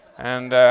and,